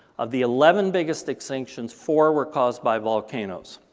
of the eleven biggest extinctions, four were caused by volcanoes.